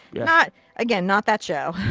yeah not again, not that show.